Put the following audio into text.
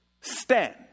stand